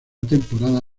temporada